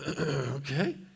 Okay